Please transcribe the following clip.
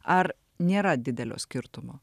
ar nėra didelio skirtumo